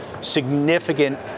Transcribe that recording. significant